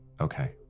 Okay